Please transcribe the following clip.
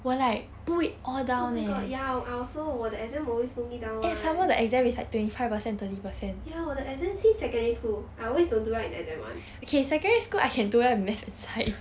oh my god ya I also 我的 exam always pull me down [one] ya 我的 exam since secondary school I always don't do well in exam [one]